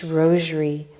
rosary